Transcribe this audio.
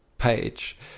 page